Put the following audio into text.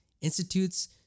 institutes